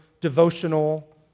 devotional